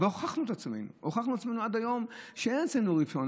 אבל הוכחנו את עצמנו עד היום שאין אצלנו רפיון.